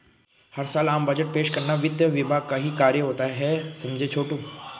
हर साल आम बजट पेश करना वित्त विभाग का ही कार्य होता है समझे छोटू